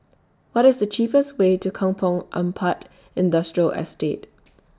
What IS The cheapest Way to Kampong Ampat Industrial Estate